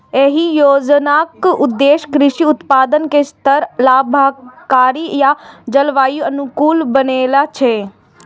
एहि योजनाक उद्देश्य कृषि उत्पादन कें सतत, लाभकारी आ जलवायु अनुकूल बनेनाय छै